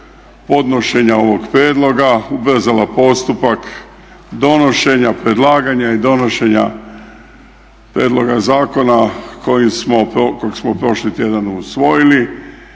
podnošenja ovog prijedloga ubrzala postupak donošenja predlaganja i donošenja prijedloga zakona kojeg smo prošli tjedan usvojili